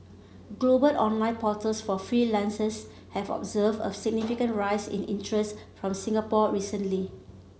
global online portals for freelancers have observed a significant rise in interest from Singapore recently